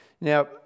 Now